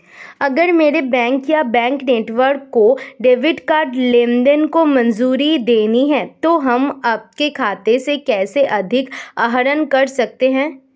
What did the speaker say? अगर मेरे बैंक या बैंक नेटवर्क को डेबिट कार्ड लेनदेन को मंजूरी देनी है तो हम आपके खाते से कैसे अधिक आहरण कर सकते हैं?